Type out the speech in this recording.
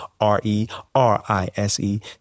R-E-R-I-S-E